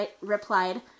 replied